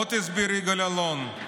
עוד הסביר יגאל אלון: